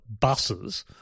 buses